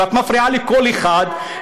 ואת מפריעה לכל אחד,